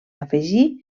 afegir